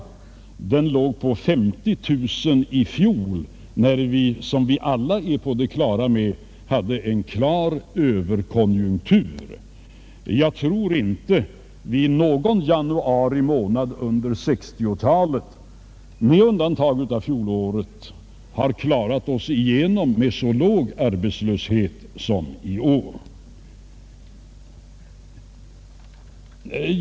Arbetslösheten låg på över 50 000 i fjol när vi, som vi alla är på det klara med, hade en klar överkonjunktur. Jag tror inte att vi har klarat oss igenom någon januari månad sedan 1960-talets början — med undantag av fjolåret — med så låg arbetslöshet som i år.